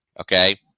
Okay